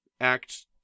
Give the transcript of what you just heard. Act